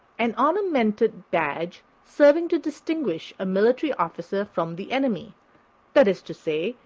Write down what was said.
an ornamented badge, serving to distinguish a military officer from the enemy that is to say,